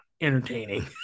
entertaining